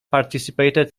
participated